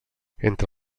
entre